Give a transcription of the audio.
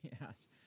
yes